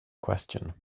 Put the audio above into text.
question